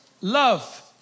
love